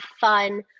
fun